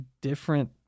different